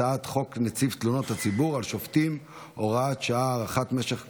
הצעת חוק נציב תלונות הציבור על שופטים (הוראת שעה) (הארכת משך הכהונה),